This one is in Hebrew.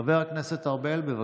חבר הכנסת ארבל, בבקשה.